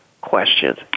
questions